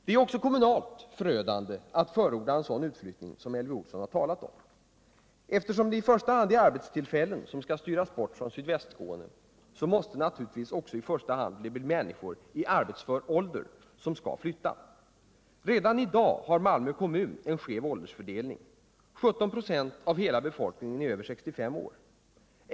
Det är också kommunalt förödande att förorda en sådan utflyttning som Elvy Olsson har talat om. Eftersom det i första hand är arbetstillfällen som skall styras bort från Sydvästskåne, måste det naturligtvis också i första hand bli människor i arbetsför ålder som skall flytta. Redan i dag har Malmö kommun en skev åldersfördelning. 17 24 av hela befolkningen är över 65 år.